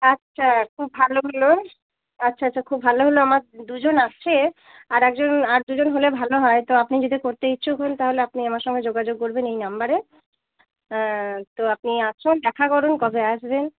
আচ্ছা খুব ভালো হলো আচ্ছা আচ্ছা খুব ভালো হলো আমার দুজন আসছে আর একজন আর দুজন হলে ভালো হয় তো আপনি যদি করতে ইচ্ছুক হন তাহলে আপনি আমার সঙ্গে যোগাযোগ করবেন এই নম্বরে তো আপনি আসুন দেখা করুন কবে আসবেন